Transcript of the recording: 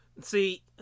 See